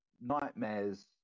nightmares